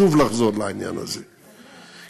שוב לחזור לעניין הזה,